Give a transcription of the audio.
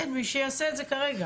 ואני